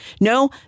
No